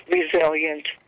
resilient